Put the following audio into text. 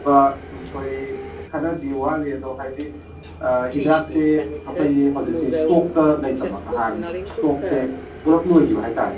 ꯑꯩꯈꯣꯏ ꯈꯔꯗꯤ ꯋꯥꯠꯂꯤ ꯑꯗꯣ ꯍꯥꯏꯗꯤ ꯍꯤꯗꯥꯛꯁꯤ ꯑꯩꯈꯣꯏꯒꯤ ꯍꯧꯖꯤꯛꯁꯤ ꯏꯁꯇꯣꯛꯇ ꯂꯩꯇꯕ ꯅꯍꯥꯟ ꯏꯁꯇꯣꯛꯁꯦ ꯄꯨꯂꯞ ꯂꯣꯏꯈꯤꯕ ꯍꯥꯏꯕ ꯇꯥꯔꯦ